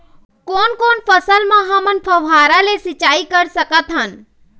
कोन कोन फसल म हमन फव्वारा ले सिचाई कर सकत हन?